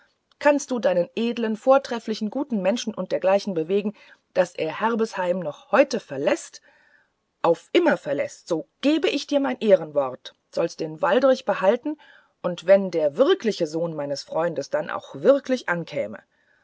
kannst du deinen edeln vortrefflichen guten menschen und dergleichen bewegen daß er herbesheim noch heute verläßt auf immer verläßt so geb ich dir mein ehrenwort sollst den waldrich behalten und wenn der wirkliche sohn meines freundes dann auch wirklich ankäme